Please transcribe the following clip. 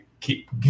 keep